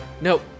Nope